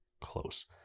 close